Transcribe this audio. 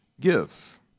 give